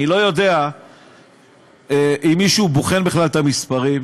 אני לא יודע אם מישהו בוחן בכלל את המספרים,